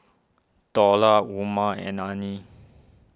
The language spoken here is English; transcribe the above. Dollah Umar and Ain